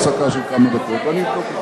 אני מציע הפסקה של כמה דקות, ואני אבדוק את זה.